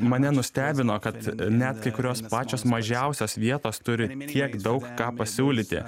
mane nustebino kad net kai kurios pačios mažiausios vietos turi tiek daug ką pasiūlyti